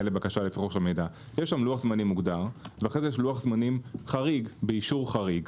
לבקשה- -- יש שם לוח זמנים מוגדר ואז יש לוח זמנים חריג באישור חריג.